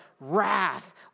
wrath